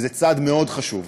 וזה צעד מאוד חשוב.